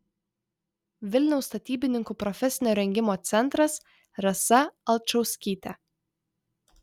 vilniaus statybininkų profesinio rengimo centras rasa alčauskytė